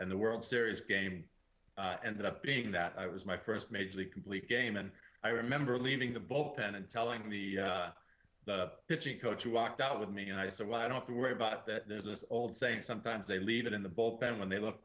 and the world series game and up being that i was my first major league complete game and i remember leaving the bo pen and telling the pitching coach you walked out with me and i said why don't you worry about that there's an old saying sometimes they leave it in the bullpen when they look